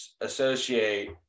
associate